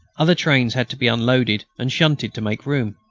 other trains had to be unloaded and shunted to make room.